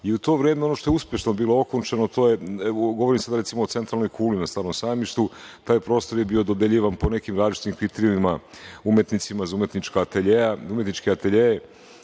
to vreme, ono što je uspešno bilo okončano, govorim sada recimo o centralnoj kuli na Starom sajmištu, taj prostor je bio dodeljivan po nekim različitim kriterijumima umetnicima za umetničke ateljee